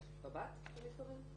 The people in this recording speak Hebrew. קב"ט אתה מתכוון?